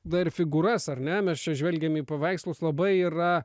dar figūras ar ne mes čia žvelgiam į paveikslus labai yra